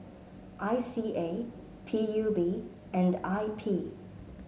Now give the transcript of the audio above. I C A P U B and I P